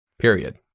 Period